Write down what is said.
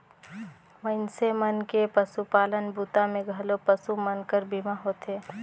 मइनसे मन के पसुपालन बूता मे घलो पसु मन कर बीमा होथे